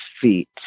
feet